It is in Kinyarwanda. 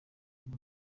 buli